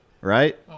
right